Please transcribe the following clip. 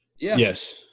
Yes